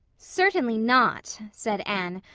certainly not, said anne,